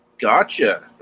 Gotcha